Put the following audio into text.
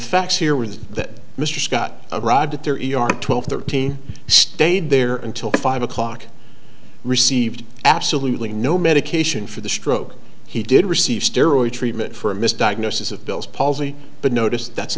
facts here with that mr scott arrived at their twelve thirteen stayed there until five o'clock received absolutely no medication for the stroke he did receive steroids treatment for a misdiagnosis of bill's palsy but notice that's